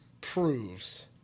proves